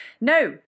no